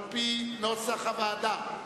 על-פי נוסח הוועדה.